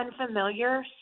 unfamiliar